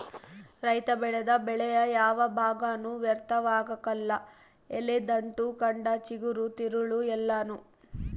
ರೈತ ಬೆಳೆದ ಬೆಳೆಯ ಯಾವ ಭಾಗನೂ ವ್ಯರ್ಥವಾಗಕಲ್ಲ ಎಲೆ ದಂಟು ಕಂಡ ಚಿಗುರು ತಿರುಳು ಎಲ್ಲಾನೂ